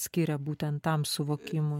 skiria būtent tam suvokimui